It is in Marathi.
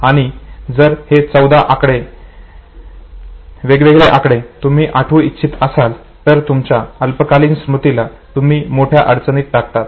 आणि जर हे चौदा वेगवेगळे आकडे तुम्ही आठवू इच्छित असाल तर तुमच्या अल्पकालीन स्मृतीला तुम्ही मोठ्या अडचणीत टाकतात